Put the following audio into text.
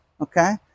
Okay